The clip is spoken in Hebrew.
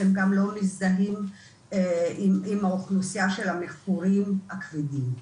הם גם לא מזדהים עם האוכלוסיה של המכורים הכבדים.